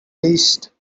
least